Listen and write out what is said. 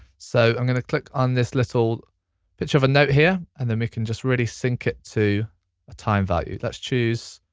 so i'm gonna click on this little picture of a note here, and then we can just really sync it to a time value. let's choose